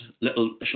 little